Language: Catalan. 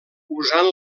usant